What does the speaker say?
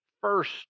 first